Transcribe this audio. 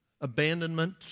abandonment